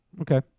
Okay